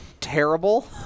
terrible